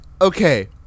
okay